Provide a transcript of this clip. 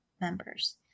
members